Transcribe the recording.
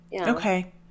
Okay